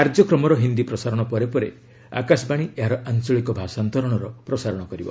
କାର୍ଯ୍ୟକ୍ରମର ହିନ୍ଦୀ ପ୍ରସାରଣ ପରେ ପରେ ଆକାଶବାଣୀ ଏହାର ଆଞ୍ଚଳିକ ଭାଷାନ୍ତରଣର ପ୍ରସାରଣ କରିବ